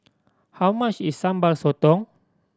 how much is Sambal Sotong